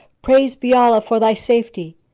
praised be allah for thy safety!